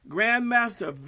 Grandmaster